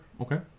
Okay